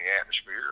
atmosphere